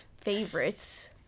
favorites